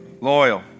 Loyal